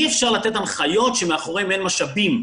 אי אפשר לתת הנחיות שמאחוריהן אין משאבים.